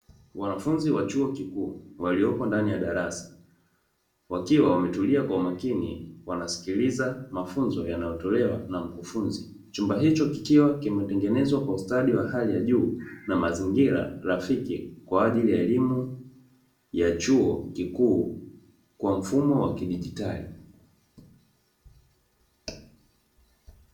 Wanafunzi wa chuo kikuu waliopo ndani ya darasa wakiwa wametulia kwa umakini wanasikiliza mafunzo yanayotolewa na mkufunzi. Chumba hicho kikiwa kimetengenezwa kwa ustadi wa hali ya juu, na mazingira rafiki kwa ajili ya elimu ya chuo kikuu kwa mfumo wa kidigitali.